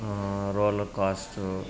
roller coaster